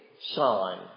sign